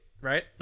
right